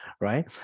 right